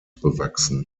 bewachsen